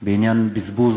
אתמול בעניין בזבוז